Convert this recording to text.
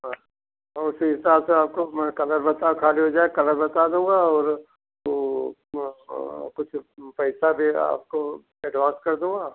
हाँ शीश ईशा आपको मैं कलर बात ख़ाली हो जाए कलर दूँगा और कुछ पैसा भी आपको एडवांस कर दूँगा